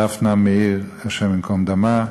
דפנה מאיר, השם ייקום דמה.